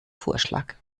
vorschlag